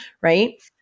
right